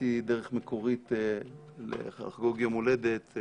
מצאתי דרך מקורית לחגוג יום הולדת.